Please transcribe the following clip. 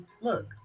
Look